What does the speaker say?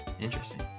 Interesting